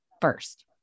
first